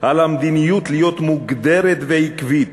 "על המדיניות להיות מוגדרת ועקבית,